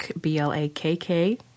B-L-A-K-K